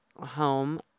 home